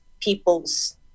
people's